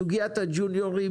סוגיית הג'וניורים